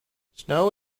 snow